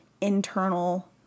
internal